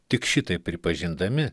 tik šitai pripažindami